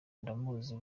ndamuzi